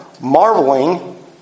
marveling